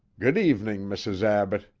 good evening, mrs. abbott.